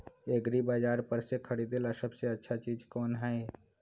एग्रिबाजार पर से खरीदे ला सबसे अच्छा चीज कोन हई?